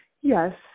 Yes